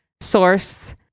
source